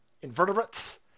invertebrates